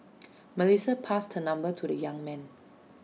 Melissa passed her number to the young man